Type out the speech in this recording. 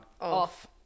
Off